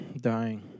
dying